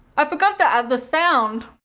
i forgot to add the sound!